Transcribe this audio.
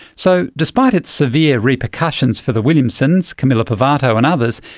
so despite its severe repercussions for the williamsons, camilla pivato and others,